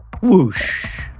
Whoosh